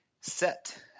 set